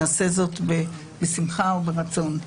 נעשה זאת בשמחה וברצון.